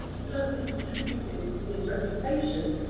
certainly contributed to his reputation,